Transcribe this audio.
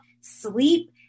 sleep